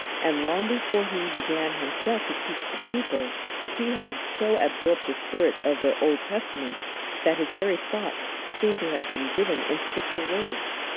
and long before he began himself to teach the people he had so absorbed the spirit of the old testament that his very thoughts seem to have been given in scripture words.